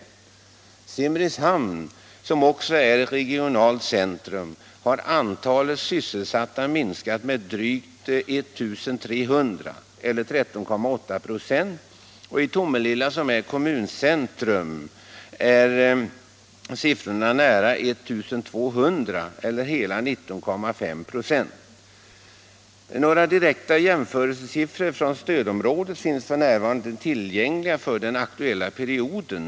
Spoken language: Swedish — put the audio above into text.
I Simrishamn, som också är ett regionalt centrum, har antalet sysselsatta minskat med drygt 1 300, dvs. med 13,8 26, och i Tomelilla som är kommuncentrum är siffran nära 1 200, dvs. 19,5 96. Några direkta jäm förelsesiffror från stödområdet finns f. n. inte tillgängliga för den aktuella perioden.